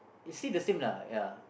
is still the same lah ya